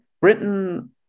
Britain